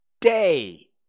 day